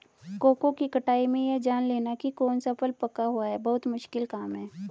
cocoa की कटाई में यह जान लेना की कौन सा फल पका हुआ है बहुत मुश्किल काम है